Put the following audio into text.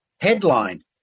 Headline